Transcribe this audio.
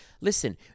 listen